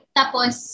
tapos